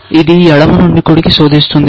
ఇది ఎడమ నుండి కుడికి శోధిస్తుంది